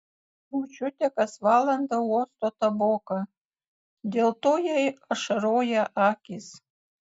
močiutė kas valandą uosto taboką dėl to jai ašaroja akys